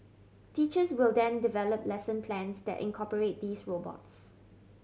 teachers will then develop lesson plans that incorporate these robots